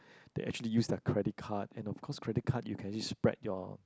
they actually use their credit card and of course credit card you can just spread your